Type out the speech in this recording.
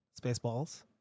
Spaceballs